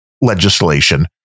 legislation